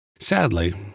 Sadly